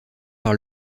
par